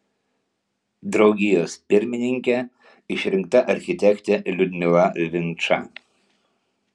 draugijos pirmininke išrinkta architektė liudmila vinča